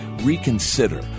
reconsider